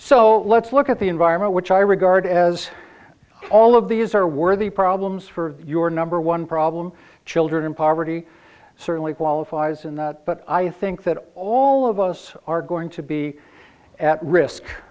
so let's look at the environment which i regard as all of these are worthy problems for your number one problem children in poverty certainly qualifies in that but i think that all of us are going to be at risk